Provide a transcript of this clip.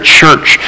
church